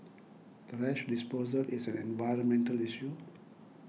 thrash disposal is an environmental issue